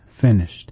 finished